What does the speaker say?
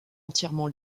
entièrement